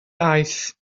aeth